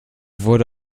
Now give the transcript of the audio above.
wurde